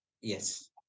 Yes